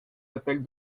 appelle